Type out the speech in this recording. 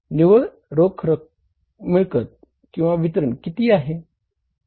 निव्वळ रोख मिळकत वितरण किती आहे